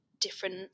different